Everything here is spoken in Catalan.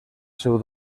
seu